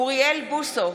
אוריאל בוסו,